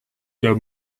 der